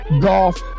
golf